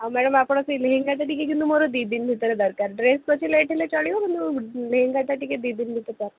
ଆଉ ମ୍ୟାଡ଼ାମ୍ ଆପଣ ସେହି ଲେହେଙ୍ଗାଟା ଟି କିନ୍ତୁ ମୋର ଦୁଇଦିନ ଭିତରେ ଦରକାର ଡ୍ରେସ୍ ପଛେ ଲେଟ୍ ହେଲେ ଚଳିବ କିନ୍ତୁ ଲେହେଙ୍ଗାଟା ଟିକେ ଦୁଇ ଦିନ ଭିତରେ ଦରକାର